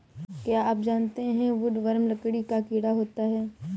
क्या आप जानते है वुडवर्म लकड़ी का कीड़ा होता है?